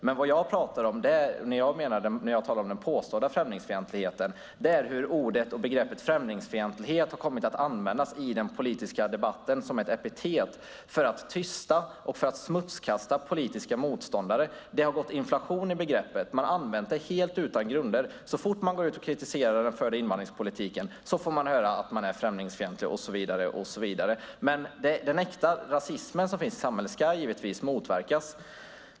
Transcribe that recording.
Det jag pratar om när jag talar om den påstådda främlingsfientligheten är hur ordet och begreppet främlingsfientlighet har kommit att i den politiska debatten användas som ett epitet för att tysta och smutskasta politiska motståndare. Det har gått inflation i begreppet. Det har använts helt utan grunder. Så fort man kritiserar den förda invandringspolitiken får man höra att man är främlingsfientlig och så vidare. Den äkta rasism som finns i samhället ska givetvis motverkas.